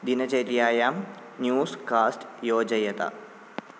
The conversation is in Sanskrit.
दिनचर्यायां न्यूस् कास्ट् योजयत